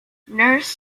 nurse